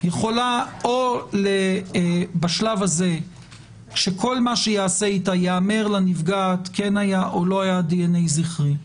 או שבשלב הזה ייאמר לנפגעת כן היה או לא היה דנ"א זכרי,